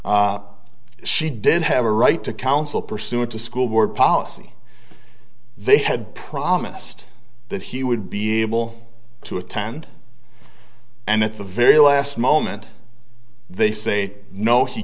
lushly she did have a right to counsel pursuant to school board policy they had promised that he would be able to attend and at the very last moment they say no he